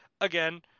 again